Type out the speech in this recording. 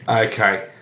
Okay